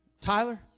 Tyler